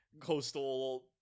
coastal